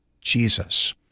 Jesus